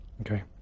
Okay